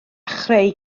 chreu